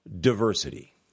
diversity